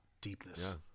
deepness